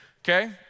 Okay